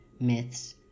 myths